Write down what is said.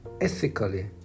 ethically